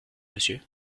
monsieur